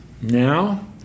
now